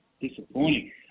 disappointing